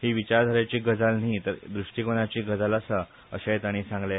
ही विचारधारेची गजाल न्ही तर दृष्टीकोनाची गजाल आसा अशेंय ताणी सांगले